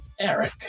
Eric